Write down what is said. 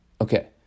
Okay